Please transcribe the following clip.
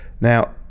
Now